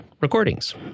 recordings